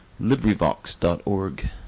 LibriVox.org